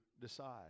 decide